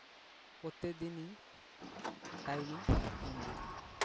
ᱯᱨᱚᱛᱤ ᱫᱤᱱᱤᱧ ᱴᱟᱭᱤᱢᱤᱧ ᱮᱢᱟ